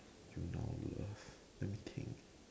you now love let me think